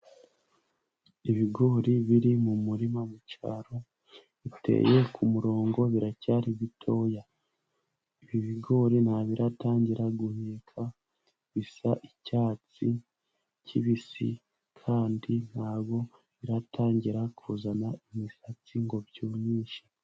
Ibigori biri mu murima mucyaro biteye kumurongo biracyari bitoya, ibi ibigori ntabitangira guhika bisa icyatsi kibisi, kandi ntago biratangira kuzana imisatsi.